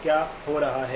क्या हो रहा है